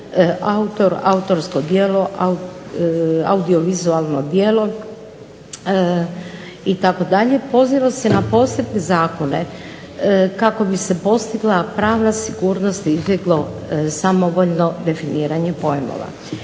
autor, autorsko djelo, audiovizualno djelo itd. pazilo se na posebne zakone kako bi se postigla pravna sigurnost i izbjeglo samovoljno definiranje pojmova.